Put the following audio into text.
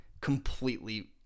completely